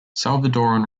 salvadoran